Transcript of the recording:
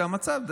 זה המצב,